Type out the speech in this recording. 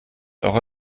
eure